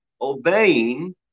obeying